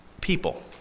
people